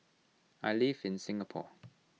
I live in Singapore